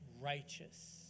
righteous